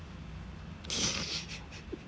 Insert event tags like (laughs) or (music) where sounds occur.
(laughs)